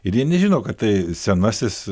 ir jie nežino kad tai senasis